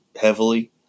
heavily